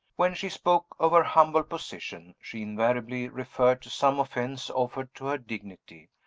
when she spoke of her humble position, she invariably referred to some offense offered to her dignity,